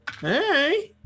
hey